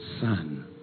son